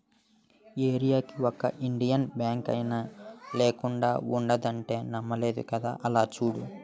ఏరీయాకి ఒక ఇండియన్ బాంకైనా లేకుండా ఉండదంటే నమ్మలేదు కదా అలా చూడు